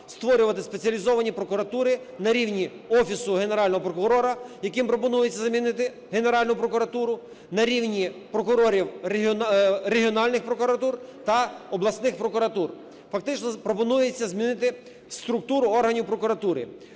створювати спеціалізовані прокуратури. На рівні Офісу Генерального прокурора, яким пропонується замінити Генеральну прокуратуру, на рівні прокурорів регіональних прокуратур та обласних прокуратур. Фактично пропонується змінити структуру органів прокуратури